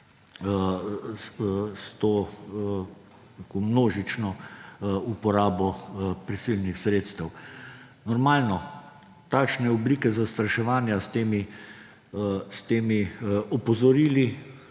s to množično uporabo prisilnih sredstev. Normalno, takšne oblike zastraševanja s temi opozorili